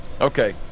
Okay